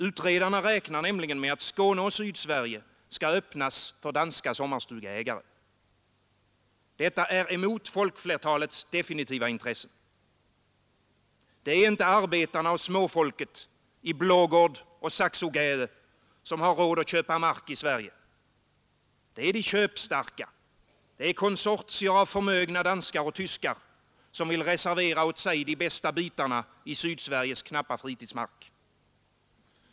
Utredarna räknar nämligen med att Skåne och Sydsverige skall öppnas för danska sommarstugeägare. Detta är emot folkflertalets definitiva intressen. Det är inte arbetarna och småfolket i Blaagaard och Saxogade som har råd att köpa mark i Sverige. Det är de köpstarka, det är konsortier av förmögna danskar och tyskar, som vill reservera åt sig de bästa bitarna av Sydsveriges knappa fritidsmark.